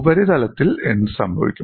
ഉപരിതലത്തിൽ എന്ത് സംഭവിക്കും